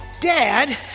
Dad